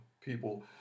people